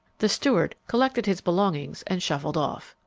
the steward collected his belongings and shuffled off.